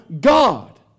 God